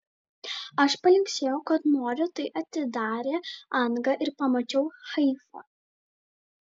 aš palinksėjau kad noriu tai atidarė angą ir pamačiau haifą